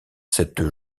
cette